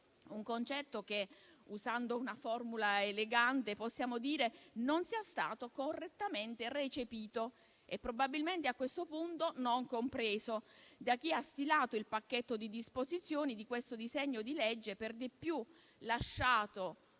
un concetto che, usando una formula elegante, possiamo dire non sia stato correttamente recepito e probabilmente a questo punto non compreso da chi ha stilato il pacchetto di disposizioni di questo disegno di legge, per di più lasciato